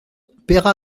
peyrat